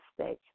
stage